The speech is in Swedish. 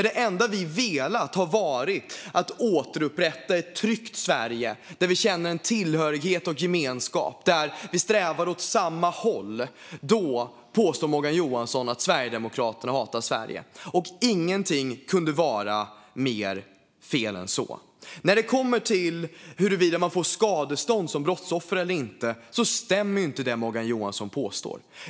Det enda vi har velat är att återupprätta ett tryggt Sverige där vi känner tillhörighet och gemenskap och där vi strävar åt samma håll. Men då påstår Morgan Johansson att Sverigedemokraterna hatar Sverige. Ingenting kunde vara mer fel. Det Morgan Johansson påstår om huruvida man som brottsoffer får skadestånd eller inte stämmer inte.